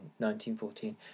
1914